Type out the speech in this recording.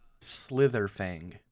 Slitherfang